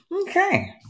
Okay